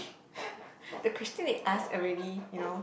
the question they ask already you know